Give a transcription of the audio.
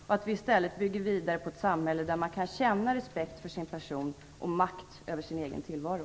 Vi skall i stället bygga vidare på ett samhälle där man kan känna respekt för sin person och makt över sin egen tillvaro.